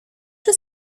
czy